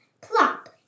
Plop